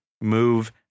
move